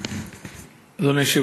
אדוני.